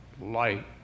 light